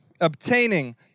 obtaining